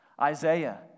Isaiah